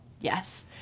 Yes